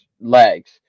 Legs